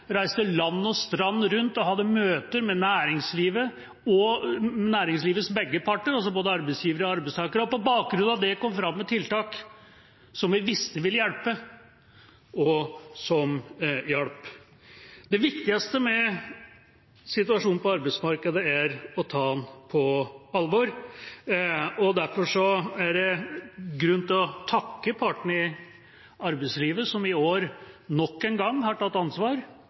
reiste land og strand rundt og hadde møter med begge parter i arbeidslivet, både arbeidsgivere og arbeidstakere, og på bakgrunn av det kom med tiltak som vi visste ville hjelpe, og som hjalp. Det viktigste med situasjonen på arbeidsmarkedet er å ta den på alvor, og derfor er det grunn til å takke partene i arbeidslivet som i år nok en gang har tatt ansvar